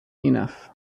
enough